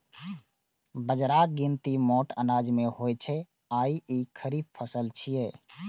बाजराक गिनती मोट अनाज मे होइ छै आ ई खरीफ फसल छियै